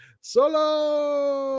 Solo